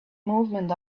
movement